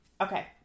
Okay